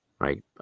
right